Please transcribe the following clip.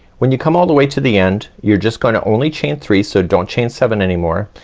when you come all the way to the end, you're just gonna only chain three. so don't chain seven any more.